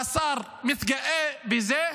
והשר מתגאה בזה.